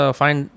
find